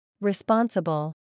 Responsible